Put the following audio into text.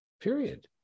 period